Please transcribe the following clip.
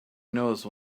knows